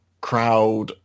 crowd